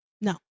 No